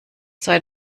sei